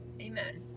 Amen